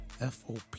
FOP